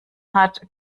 hat